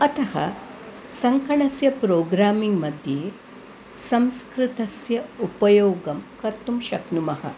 अतः सङ्गणकस्य प्रोग्राम्मिङ्ग्मध्ये संस्कृतस्य उपयोगं कर्तुं शक्नुमः